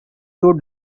two